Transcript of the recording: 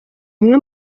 umwe